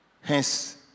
Hence